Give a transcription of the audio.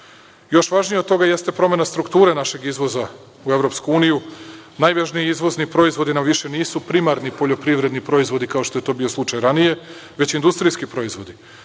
važnije od toga jeste promena strukture našeg izvoza u EU. Najvažniji izvozni proizvodi nam više nisu primarni poljoprivedni proizvodi, kao što je to bio slučaj ranije, već industrijski proizvodi.